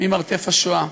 מ"מרתף השואה".